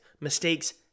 mistakes